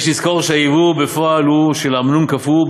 יש לזכור שהייבוא בפועל הוא של אמנון קפוא,